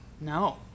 No